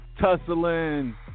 tussling